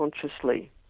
consciously